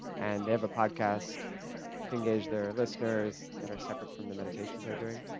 and they have a podcast to engage their listeners that are separate from the meditations they're doing.